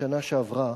בשנה שעברה